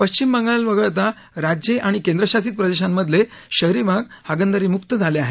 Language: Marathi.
पश्चिम बंगाल वगळता राज्ये आणि केंद्रशासित प्रदेशांमधले शहरी भाग हागणदारीमुक्त झाले आहेत